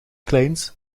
kleins